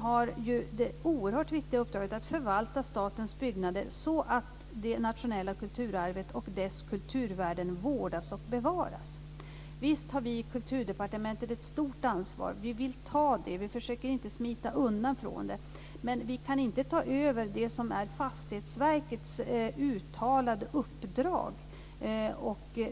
har det oerhört viktiga uppdraget att förvalta statens byggnader så att det nationella kulturarvet och dess kulturvärden vårdas och bevaras. Visst har vi i Kulturdepartementet ett stort ansvar, och vi vill ta det. Vi försöker inte smita ifrån det. Men vi kan inte ta över det som är Fastighetsverkets uttalade uppdrag.